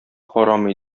карамый